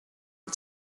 der